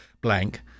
blank